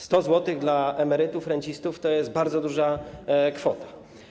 100 zł dla emerytów, rencistów to jest bardzo duża kwota.